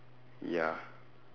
ya